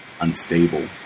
unstable